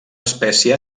espècie